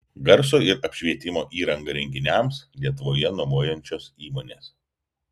garso ir apšvietimo įrangą renginiams lietuvoje nuomojančios įmonės